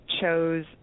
chose